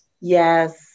Yes